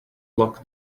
locked